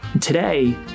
Today